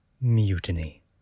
Mutiny